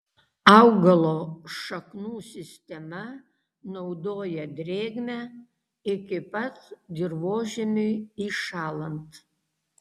augalo šaknų sistema naudoja drėgmę iki pat dirvožemiui įšąlant